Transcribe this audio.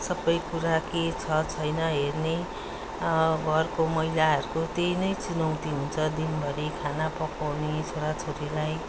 सबैकुरा के छ छैन हेर्ने घरको महिलाहरूको त्यही नै चुनौती हुन्छ दिनभरि खाना पकाउने छोराछोरीलाई